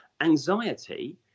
Anxiety